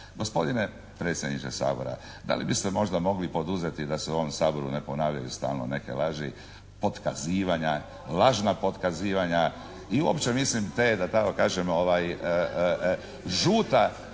Gospodine predsjedniče Sabora, da li biste možda mogli poduzeti da se u ovom Saboru ne ponavljaju stalno neke laži, potkazivanja, lažna potkazivanja i uopće mislim te da tako kažem žuta